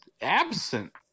absent